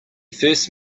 first